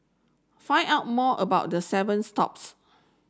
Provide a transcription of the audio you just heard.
find out more about the seven stops